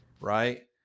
Right